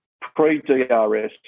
pre-DRS